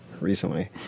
recently